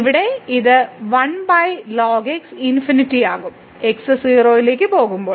ഇവിടെ ഇത് 1 lnx ∞ ആകും x 0 ലേക്ക് പോകുമ്പോൾ